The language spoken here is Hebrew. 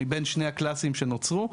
מבין שני ה"קלאסים" שנוצרו.